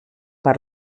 per